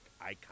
icon